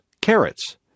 carrots